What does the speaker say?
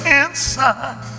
inside